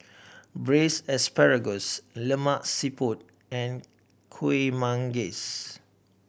Braised Asparagus Lemak Siput and Kueh Manggis